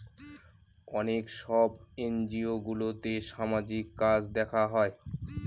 অনেক সব এনজিওগুলোতে সামাজিক কাজ দেখা হয়